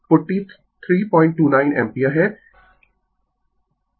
तो यह 4329 एम्पीयर है